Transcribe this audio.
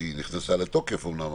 שהיא נכנסה לתוקף אומנם,